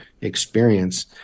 experience